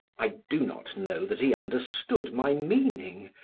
i do not know that he understood my meaning,